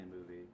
movie